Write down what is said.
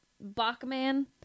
Bachman